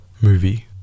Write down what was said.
movie